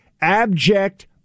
abject